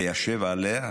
אחת לישב עליה?